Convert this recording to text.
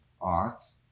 arts